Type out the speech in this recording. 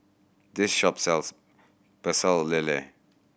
this shop sells Pecel Lele